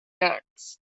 acts